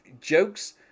jokes